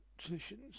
solutions